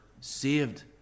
saved